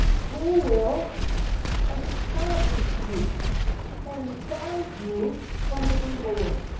who will establish you and guard you from the evil one.